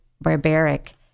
barbaric